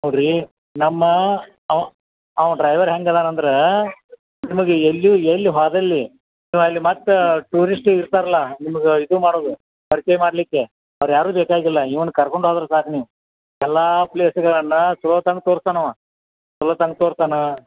ನೋಡಿರಿ ನಮ್ಮ ಅವ ಅವ ಡ್ರೈವರ್ ಹೆಂಗೆ ಅದಾನ ಅಂದ್ರೆ ನಿಮಗೆ ಎಲ್ಲಿಯೂ ಎಲ್ಲಿ ಹೋದಲ್ಲಿ ನೀವು ಅಲ್ಲಿ ಮತ್ತು ಟೂರಿಸ್ಟ್ ಇರ್ತಾರಲ್ಲ ನಿಮ್ಗೆ ಇದು ಮಾಡೋದು ಪರಿಚಯ ಮಾಡಲಿಕ್ಕೆ ಅವ್ರು ಯಾರೂ ಬೇಕಾಗಿಲ್ಲ ಇವ್ನ ಕರ್ಕೊಂಡು ಹೋದ್ರೆ ಸಾಕು ನೀವು ಎಲ್ಲ ಪ್ಲೇಸ್ಗಳನ್ನು ಚಲೋತ್ನಾಗ ತೋರ್ತಾನೆ ಅವ ಚಲೋತ್ನಾಗ ತೋರ್ತಾನೆ